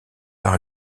par